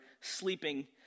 sleeping